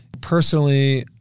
personally